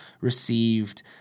received